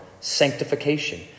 sanctification